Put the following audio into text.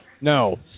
No